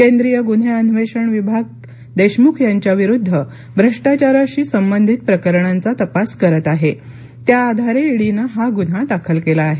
केंद्रीय गुन्हे अन्वेषण विभाग देशमुख यांच्याविरुद्ध भ्रष्टाचाराशी संबंधित प्रकरणांचा तपास करत आहे त्या आधारे ई डी ने हा गुन्हा दाखल केला आहे